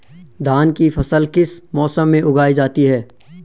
धान की फसल किस मौसम में उगाई जाती है?